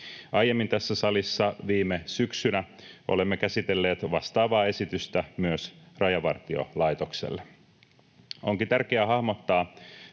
aiemmin, viime syksynä tässä salissa käsitelleet vastaavaa esitystä myös Rajavartiolaitoksesta. Onkin tärkeää hahmottaa